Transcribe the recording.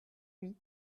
lui